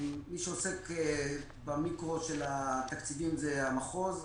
מי שעוסק במיקרו של התקציבים זה המחוז.